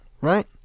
Right